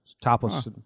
Topless